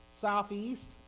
southeast